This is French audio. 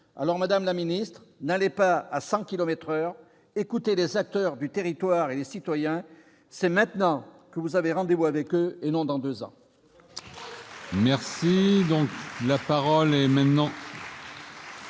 chacun. Madame la ministre, n'allez pas à 100 à l'heure : écoutez les acteurs du territoire et les citoyens ! C'est maintenant que vous avez rendez-vous avec eux et non dans deux ans.